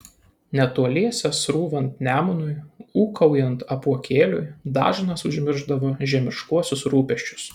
netoliese srūvant nemunui ūkaujant apuokėliui dažnas užmiršdavo žemiškuosius rūpesčius